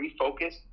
refocus